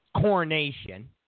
coronation